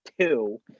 two